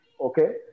Okay